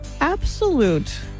absolute